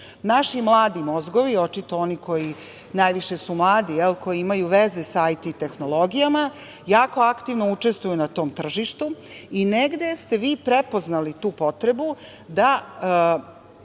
mladi mozgovi, očito oni koji najviše su mladi i koji imaju veze sa IT tehnologijama, jako aktivno učestvuju na tom tržištu i negde ste vi prepoznali tu potrebu da